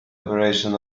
operation